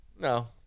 No